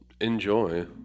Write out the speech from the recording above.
enjoy